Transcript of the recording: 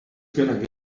gonna